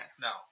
no